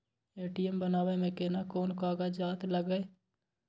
ATM बनाबै मे केना कोन कागजात लागतै?